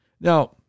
Now